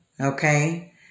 Okay